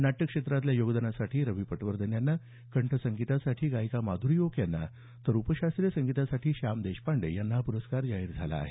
नाट्य क्षेत्रातल्या योगदानासाठी रवी पटवर्धन यांना कंठसंगीतासाठी माध्री ओक यांना तर उपशास्त्रीय संगीतासाठी श्याम देशपांडे यांना पुरस्कार जाहीर झाला आहे